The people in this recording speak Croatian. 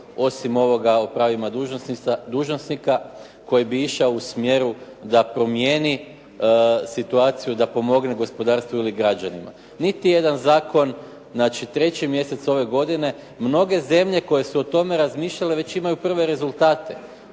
osim ovoga o pravima dužnosnika koji bi išao u smjeru da promijeni situaciju, da pomogne gospodarstvu ili građanima. Niti jedan zakon, znači 3. mjesec ove godine, mnoge zemlje koje su o tome razmišljale već imaju prve rezultate.